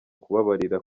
kubabarira